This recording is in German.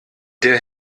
der